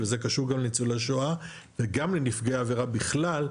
וזה קשור גם לניצולי שואה וגם לנפגעי עבירה בכלל,